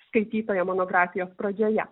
skaitytoją monografijos pradžioje